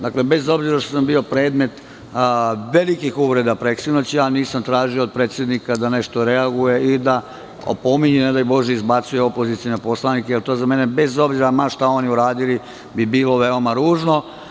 Dakle, bez obzira što sam bio predmet velikih uvreda preksinoć, ja nisam tražio od predsednika da nešto reaguje i da opominje i ne daj Bože izbacuje opozicione poslanike, jer bi to za mene, bez obzira ma šta oni uradili, bilo veoma ružno.